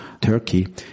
Turkey